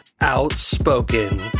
outspoken